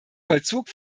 vollzug